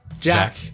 Jack